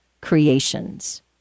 creations